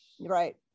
right